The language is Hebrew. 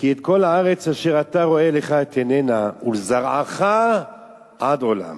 "כי את כל הארץ אשר אתה רואה לך אתננה ולזרעך עד עולם.